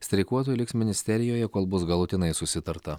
streikuotojai liks ministerijoje kol bus galutinai susitarta